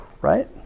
right